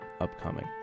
upcoming